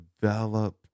develop